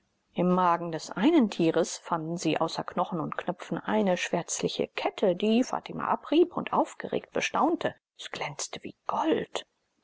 im magen des einen tiers fanden sie außer knochen und knöpfen eine schwärzliche kette die fatima abrieb und aufgeregt bestaunte es glänzte wie gold